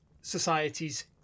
societies